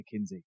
McKinsey